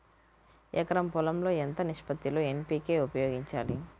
ఎకరం పొలం లో ఎంత నిష్పత్తి లో ఎన్.పీ.కే ఉపయోగించాలి?